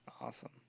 awesome